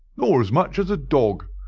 nor as much as a dog.